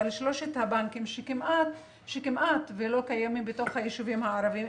שלושת הבנקים כמעט ולא קיימים ביישובים הערביים,